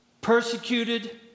persecuted